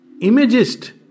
Imagist